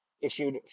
issued